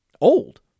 old